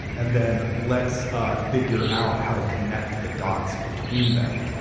and then let's ah figure out how to connect the dots between them.